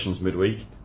midweek